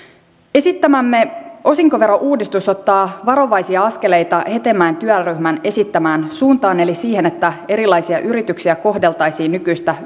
esittämämme osinkoverouudistus ottaa varovaisia askeleita hetemäen työryhmän esittämään suuntaan eli siihen että erilaisia yrityksiä kohdeltaisiin nykyistä